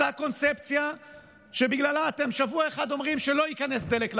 אותה קונספציה שבגללה אתם שבוע אחד אומרים שלא ייכנס דלק לרצועה,